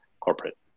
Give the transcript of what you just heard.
corporate